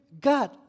God